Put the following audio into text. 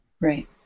Right